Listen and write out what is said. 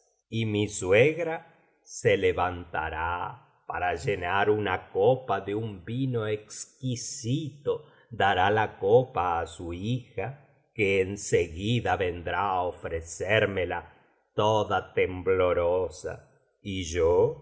y mi suegra se levantará para llenar una copa de un vino exquisito dará la copa á su hija que en seguida vendrá á ofrecérmela toda temblorosa y yo